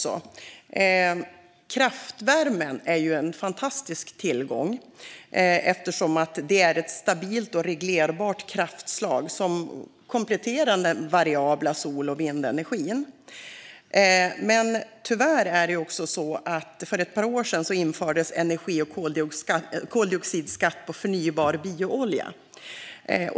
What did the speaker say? Kraftvärmen är en fantastisk tillgång, eftersom det är ett stabilt och reglerbart kraftslag som kompletterar den variabla sol och vindenergin. Men tyvärr är det så att det för ett par år sedan infördes energi och koldioxidskatt på förnybar bioolja.